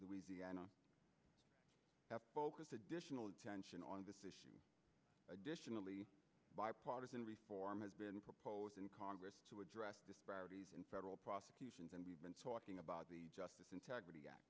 louisiana has additional attention on this issue additionally bipartisan reform has been proposed in congress to address disparities in federal prosecutions and we've been talking about justice in